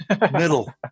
middle